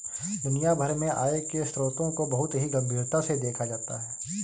दुनिया भर में आय के स्रोतों को बहुत ही गम्भीरता से देखा जाता है